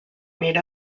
made